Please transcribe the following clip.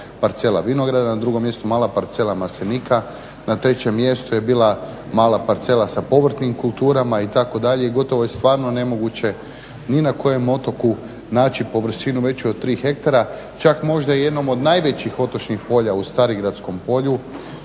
parcela vinograda, na drugom mjestu mala parcela maslinika, na trećem mjestu je bila mala parcela sa povrtnim kulturama itd. i gotovo je stvarno nemoguće ni na kojem otoku naši površinu veću od 3 hektara, čak možda i jednom od najvećih otočnih polja u Starigradskom polju